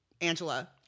Angela